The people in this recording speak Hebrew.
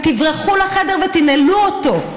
תברחו לחדר ותנעלו אותו.